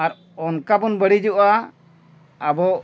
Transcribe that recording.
ᱟᱨ ᱚᱱᱠᱟ ᱵᱚᱱ ᱵᱟᱹᱲᱤᱡᱚᱜᱼᱟ ᱟᱵᱚ